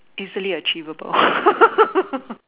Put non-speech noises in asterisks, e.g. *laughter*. easily achievable *laughs*